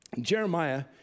Jeremiah